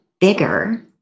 bigger